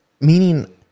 meaning